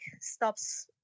stops